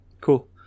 Cool